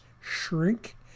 shrink